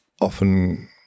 often